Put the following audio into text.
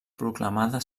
proclamada